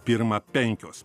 pirmą penkios